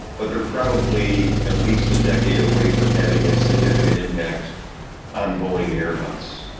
but they are probably at least a decade away from having a significant impact on boeing and airbus.